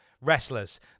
Wrestlers